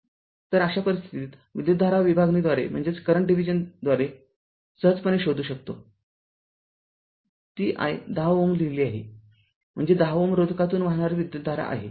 तर अशा परिस्थितीत विद्युतधारा विभागणीद्वारे सहजपणे शोधू शकतो ती i १० Ω लिहिली आहे म्हणजे १० Ω रोधकातून वाहणारी विद्युतधारा आहे